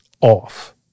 off